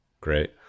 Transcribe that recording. Great